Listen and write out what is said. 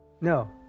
No